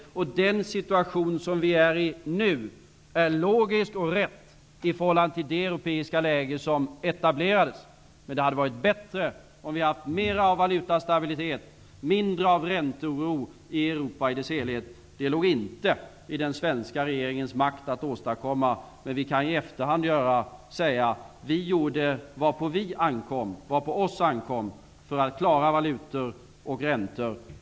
Den situation som vi nu är i är logisk och rätt i förhållande till det europeiska läge som etablerades. Men det hade varit bättre om vi i Europa i dess helhet haft mer av valutastabilitet och mindre av ränteoro. Detta låg inte i den svenska regeringens makt att åstadkomma. Vi kan i efterhand gärna säga: Vi gjorde vad på oss ankom för att klara valutor och räntor.